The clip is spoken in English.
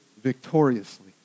victoriously